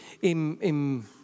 im